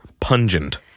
pungent